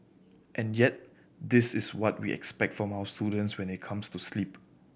and yet this is what we expect of our students when it comes to sleep